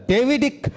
Davidic